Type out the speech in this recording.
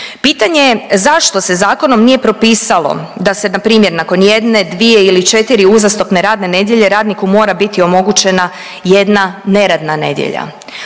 Pitanje je zašto se zakonom nije propisalo da se na primjer nakon jedne, dvije ili četiri uzastopne radne nedjelje radniku mora biti omogućena jedna neradna nedjelja.